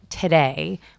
today